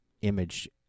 image